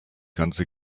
ganze